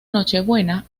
nochebuena